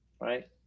right